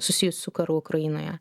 susijusių su karu ukrainoje